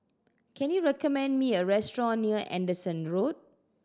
can you recommend me a restaurant near Anderson Road